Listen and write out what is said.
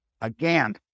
Again